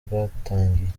bwatangiye